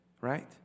Right